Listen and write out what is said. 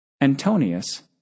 Antonius